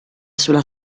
sulla